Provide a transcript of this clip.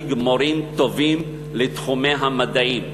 להשיג מורים טובים לתחומי המדעים.